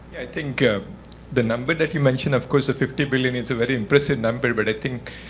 i think ah the number that you mentioned, of course, fifty billion is a very impressive number, but i think,